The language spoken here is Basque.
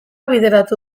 bideratu